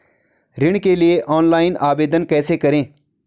ऋण के लिए ऑनलाइन आवेदन कैसे करें?